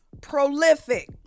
prolific